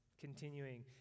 continuing